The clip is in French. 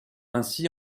ainsi